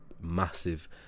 massive